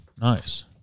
Nice